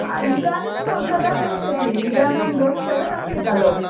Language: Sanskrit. इदानीं कदा पश्यति इदानीं बस् चलन्नस्ति खलु